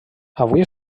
avui